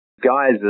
Guys